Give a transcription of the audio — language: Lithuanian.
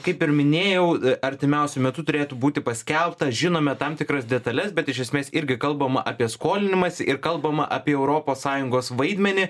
kaip ir minėjau artimiausiu metu turėtų būti paskelbtas žinome tam tikras detales bet iš esmės irgi kalbama apie skolinimąsi ir kalbama apie europos sąjungos vaidmenį